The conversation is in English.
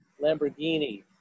lamborghini